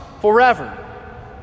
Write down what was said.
forever